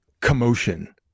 Commotion